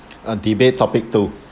uh debate topic two